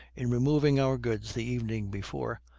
in removing our goods the evening before,